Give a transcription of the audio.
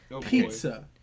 Pizza